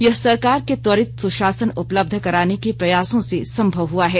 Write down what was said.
यह सरकार के त्वरित सुशासन उपलब्ध कराने के प्रयासों से संभव हुआ है